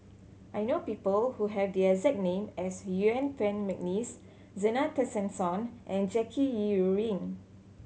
I know people who have the exact name as Yuen Peng McNeice Zena Tessensohn and Jackie Yi Ru Ying